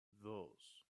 dos